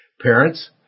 Parents